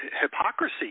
hypocrisy